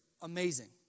amazing